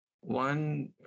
one